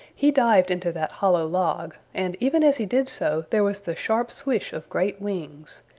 he dived into that hollow log, and even as he did so there was the sharp swish of great wings.